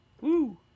Woo